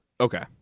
Okay